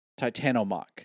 Titanomach